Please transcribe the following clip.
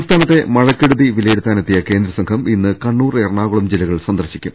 സംസ്ഥാനത്തെ മഴക്കെടുതി വിലയിരുത്താനെത്തിയ കേന്ദ്ര സംഘം ഇന്ന് കണ്ണൂർ എറണാകുളം ജില്ലകൾ സൃന്ദർശിക്കും